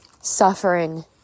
suffering